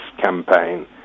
campaign